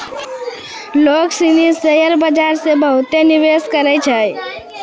लोग सनी शेयर बाजार मे बहुते निवेश करै छै